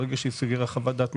ברגע שתיסגר חוות הדעת המשפטית,